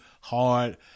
hard